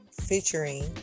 featuring